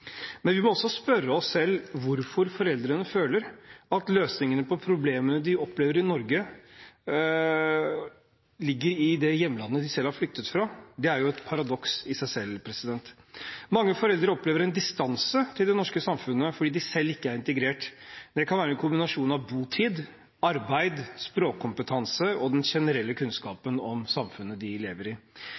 Men vi må også spørre oss selv hvorfor foreldrene føler at løsningene på problemene de opplever i Norge, ligger i det hjemlandet de selv har flyktet fra. Det er et paradoks i seg selv. Mange foreldre opplever en distanse til det norske samfunnet fordi de selv ikke er integrert. Det kan være en kombinasjon av botid, arbeid, språkkompetanse og den generelle kunnskapen om samfunnet de lever i.